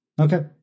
okay